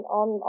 on